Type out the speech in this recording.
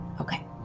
Okay